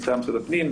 מטעם משרד הפנים.